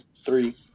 three